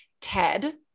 Ted